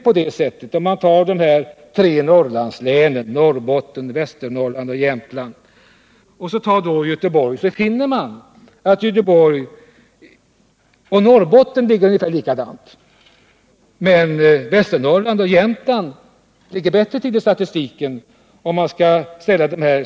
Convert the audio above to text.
Men om man jämför tre Norrlandslän, Norrbottens, Västernorrlands och Jämtlands län, med Göteborg finner man att Göteborg och Norrbotten ligger på ungefär samma nivå, men att Västernorrlands och Jämtlands län ligger bättre till i statistiken.